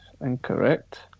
Incorrect